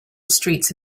streets